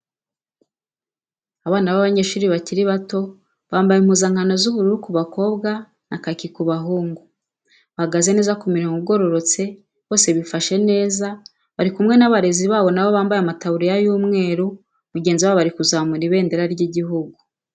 Abana b'abanyeshuri bakiri bato bambaye impuzankano z'ubururu ku bakobwa na kaki ku bahungu, bahagaze neza ku mirongo igororotse bose bifashe neza bari kumwe n'abarezi babo nabo bambaye amataburiya y'umweru mugenzi wabo ari kuzamura ibendera ry'igihugu.